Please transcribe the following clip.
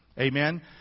Amen